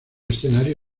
escenario